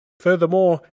Furthermore